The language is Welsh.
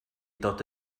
dod